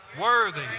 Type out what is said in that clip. Worthy